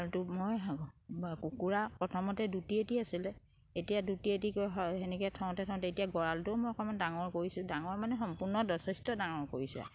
গঁৰালটো মই কুকুৰা প্ৰথমতে দুটি এটি আছিলে এতিয়া দুটি এটি গৈ হয় সেনেকে থওঁতে থওঁতে এতিয়া গঁৰালটোও মই অকমান ডাঙৰ কৰিছোঁ ডাঙৰ মানে সম্পূৰ্ণ যথেষ্ট ডাঙৰ কৰিছোঁ আৰু